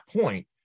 point